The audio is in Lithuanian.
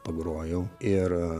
pagrojau ir